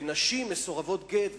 ונשים מסורבות גט,